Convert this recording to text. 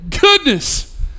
goodness